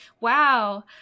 Wow